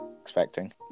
Expecting